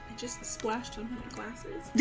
just slash the